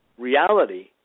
Reality